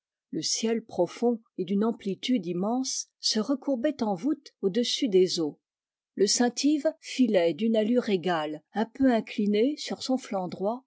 le ciel profond et d'une amplitude immense se recourbait en voûte au-dessus des eaux le saint yves filait d'une allure égale un peu incliné sur son flanc droit